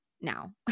now